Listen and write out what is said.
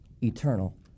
eternal